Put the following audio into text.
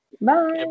Bye